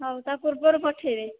ହଉ ତା ପୂର୍ବରୁ ପଠେଇବେ